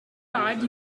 card